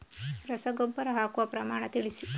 ರಸಗೊಬ್ಬರ ಹಾಕುವ ಪ್ರಮಾಣ ತಿಳಿಸಿ